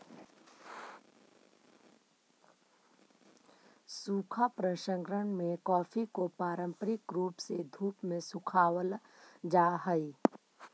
सूखा प्रसंकरण में कॉफी को पारंपरिक रूप से धूप में सुखावाल जा हई